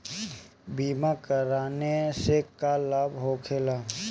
बीमा कराने से का लाभ होखेला?